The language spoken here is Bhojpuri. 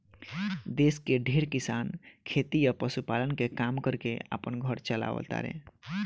देश के ढेरे किसान खेती आ पशुपालन के काम कर के आपन घर चालाव तारे